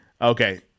Okay